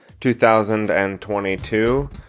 2022